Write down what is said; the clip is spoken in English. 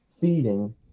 feeding